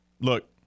look